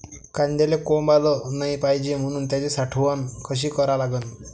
कांद्याले कोंब आलं नाई पायजे म्हनून त्याची साठवन कशी करा लागन?